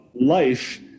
life